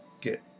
get